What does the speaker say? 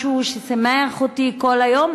משהו ששימח אותי כל היום,